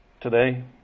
today